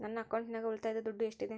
ನನ್ನ ಅಕೌಂಟಿನಾಗ ಉಳಿತಾಯದ ದುಡ್ಡು ಎಷ್ಟಿದೆ?